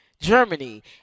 germany